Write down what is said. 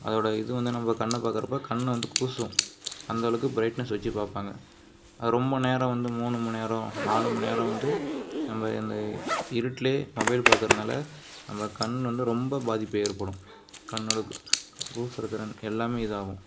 அதோடு இது வந்து நம்ம கண்ணை பாக்கிறப்ப கண்ணை வந்து கூசும் அந்த அளவுக்கு ப்ரைட்னெஸ் வச்சு பார்ப்பாங்க அது ரொம்ப நேரம் வந்து மூணு மணிநேரம் நாலு மணிநேரம் வந்து நம்ம இந்த இருட்டிலே மொபைல் பாக்கிறதுனால நம்ம கண் வந்து ரொம்ப பாதிப்பு ஏற்படும் கண்ணோட கூசுகிற திறன் எல்லாம் இதாகும்